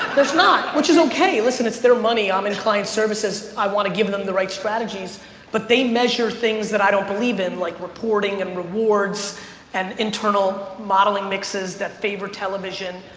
there's not which is okay. listen, it's their money. i'm in client services. i wanna give them the right strategies but they measure things that i don't believe in like reporting and rewards and internal modeling mixes that favor television.